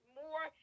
more